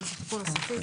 זה לא תיקון מהותי.